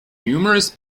numerous